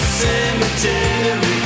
cemetery